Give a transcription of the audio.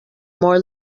more